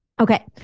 Okay